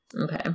Okay